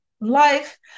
life